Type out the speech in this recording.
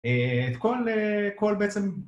את כל בעצם...